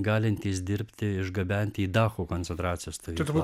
galintys dirbti išgabenti į dachau koncentracijos stovyklą